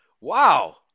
Wow